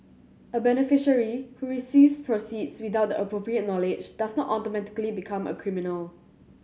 a beneficiary who receives proceeds without the appropriate knowledge does not automatically become a criminal